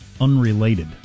unrelated